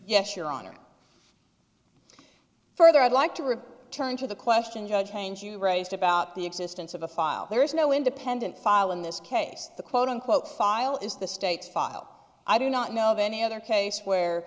yes your honor further i'd like to refer turn to the question judge change you raised about the existence of a file there is no independent file in this case the quote unquote file is the state's file i do not know of any other case where